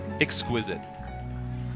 Exquisite